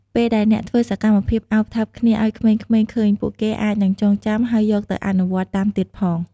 ពេលដែលអ្នកធ្វើសកម្មភាពអោបថើបគ្នាឲ្យក្មេងៗឃើញ ពួកគេអាចនឹងចងចាំហើយយកទៅអនុវត្តន៍តាមទៀតផង។